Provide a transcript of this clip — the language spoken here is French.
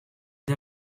les